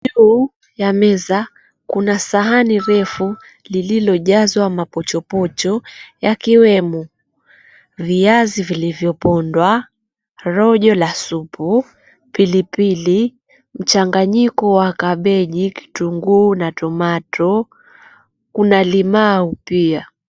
Juu ya meza kuna sahani refu lililojazwa mapochopocho yakiwemo viazi vilivyopondwa, rojo la supu, pilipili, mchanganyiko wa kabeji, kitunguu na tomato , kuna limau pia.